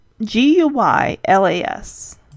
G-U-Y-L-A-S